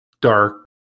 dark